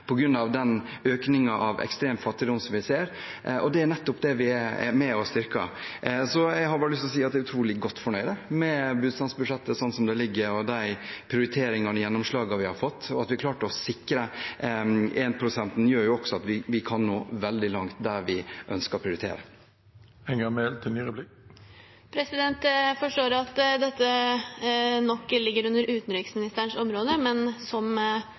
den økningen av ekstrem fattigdom som vi ser. Det er nettopp det vi er med og styrker. Så jeg har bare lyst til å si at jeg er utrolig godt fornøyd med bistandsbudsjettet sånn som det ligger, og de prioriteringene og gjennomslagene vi har fått, og at vi har klart å sikre en-prosenten, gjør også at vi kan nå veldig langt, der vi ønsker å prioritere. Jeg forstår at dette nok ligger under utenriksministerens område, men når vi nå har en utviklingsminister, som